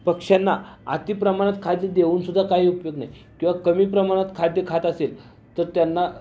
पक्ष्यांना अति प्रमाणात खाद्य देऊन सुद्धा काही उपयोग नाही किंवा कमी प्रमाणात खाद्य खात असेल तर त्यांना